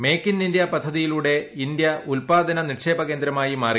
make in India പദ്ധതിയിലൂടെ India ഉല്പാദന നിക്ഷേപ കേന്ദ്രമായി മാറി